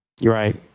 Right